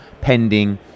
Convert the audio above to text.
pending